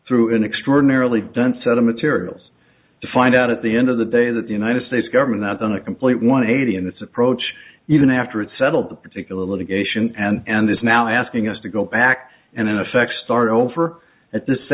through an extraordinarily done set of materials to find out at the end of the day that the united states government has done a complete one eighty in this approach even after it settled the particular litigation and is now asking us to go back and in effect start over at this